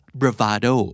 bravado